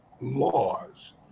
laws